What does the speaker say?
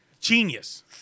genius